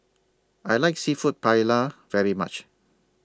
I like Seafood Paella very much